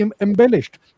embellished